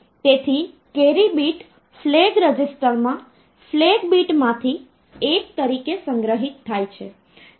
તેથી carry bit flag રજિસ્ટરમાં flag બીટમાંથી એક તરીકે સંગ્રહિત થાય છે